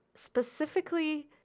Specifically